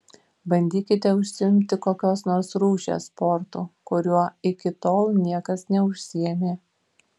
bandykite užsiimti kokios nors rūšies sportu kuriuo iki tol niekas neužsiėmė